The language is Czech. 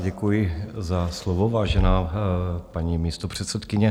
Děkuji za slovo, vážená paní místopředsedkyně.